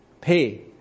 Pay